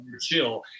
chill